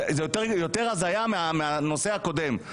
זה יותר הזיה מהנושא הקודם.